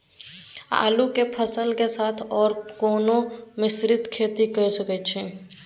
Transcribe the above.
आलू के फसल के साथ आर कोनो मिश्रित खेती के सकैछि?